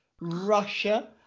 Russia